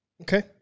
Okay